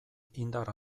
indar